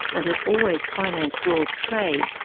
and had always financed world trade,